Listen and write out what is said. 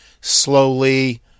slowly